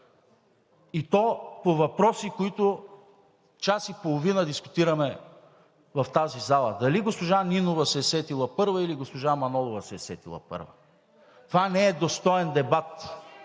и то по въпроси, които час и половина дискутираме в тази зала – дали госпожа Нинова се е сетила първа, или госпожа Манолова се е сетила първа. Това не е достоен дебат